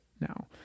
now